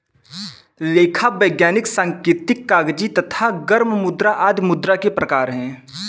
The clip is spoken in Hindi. लेखा, वैधानिक, सांकेतिक, कागजी तथा गर्म मुद्रा आदि मुद्रा के प्रकार हैं